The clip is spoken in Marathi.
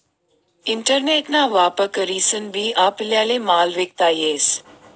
इंटरनेट ना वापर करीसन बी आपल्याले माल विकता येस